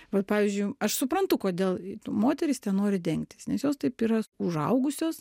bet pavyzdžiui aš suprantu kodėl moterys tenori dengtis nes jos taip yra užaugusios